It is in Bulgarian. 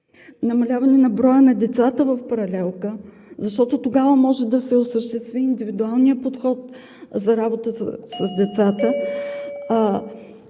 намаляване на броя на децата в паралелка, защото тогава може да се осъществи индивидуалният подход за работа с децата.